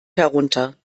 herunter